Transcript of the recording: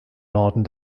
norden